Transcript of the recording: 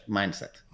mindset